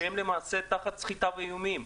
שהם למעשה תחת סחיטה ואיומים.